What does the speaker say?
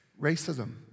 racism